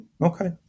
Okay